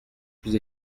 plus